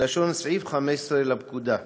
בלשון סעיף 15 לפקודה,